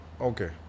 okay